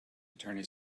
attorney